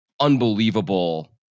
unbelievable